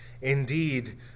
Indeed